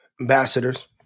Ambassadors